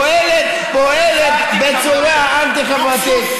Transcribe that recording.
פועלת בצורה אנטי-חברתית.